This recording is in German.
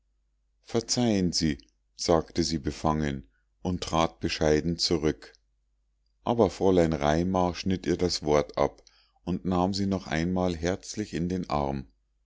verzeihen sie sagte sie befangen und trat bescheiden zurück aber fräulein raimar schnitt ihr das wort ab und nahm sie noch einmal herzlich in den arm